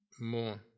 more